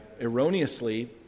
erroneously